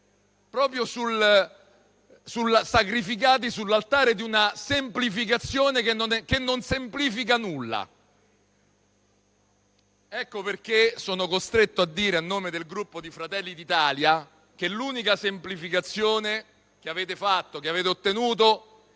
bocciati, sacrificati sull'altare di una semplificazione che non semplifica nulla. Per questo sono costretto a dire, a nome del Gruppo Fratelli d'Italia, che l'unica semplificazione che avete fatto e che avete ottenuto